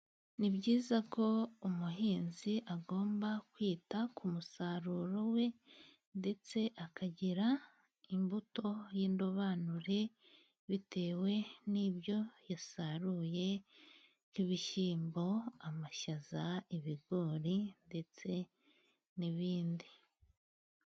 Ni byiza ko umuhinzi agomba kwita ku musaruro we ndetse akagira imbuto y'indobanure bitewe n'ibyo yasaruye nk'ibishyimbo amashaza, ibigori ndetse n'ibindi.